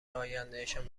آیندهشان